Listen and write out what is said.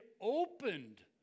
opened